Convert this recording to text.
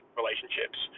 relationships